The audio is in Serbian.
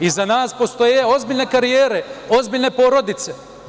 Iza nas postoje ozbiljne karijere, ozbiljne porodice.